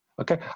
okay